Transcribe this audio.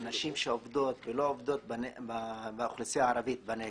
על נשים שעובדות ולא עובדות באוכלוסייה הערבית בנגב.